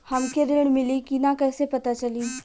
हमके ऋण मिली कि ना कैसे पता चली?